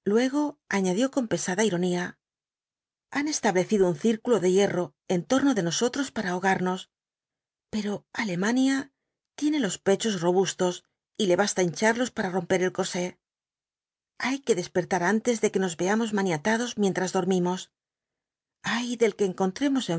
luego añadió con pesada ironía han establecido un círculo de hierro en torno de nosotros para ahogarnos pero alemania tiene los pechos robustos y le basta hincharlos para romper el corsé hay que despertar antes de que nos veamos maniatados mientras dormimos ay del que encontremos